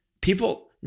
People